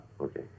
Okay